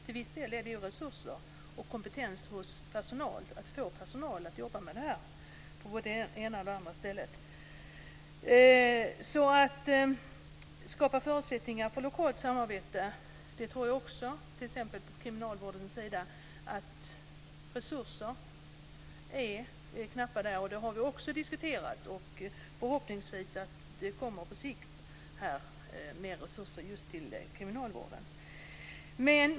Till viss del handlar det om resurser, om kompetens hos personal och om att få personal att jobba med det här på både det ena och det andra stället. När det gäller att skapa förutsättningar för lokalt samarbete, t.ex. inom kriminalvården, är resurserna knappa. Det har vi också diskuterat tidigare. Förhoppningsvis kommer det på sikt mer resurser till kriminalvården.